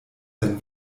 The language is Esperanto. sen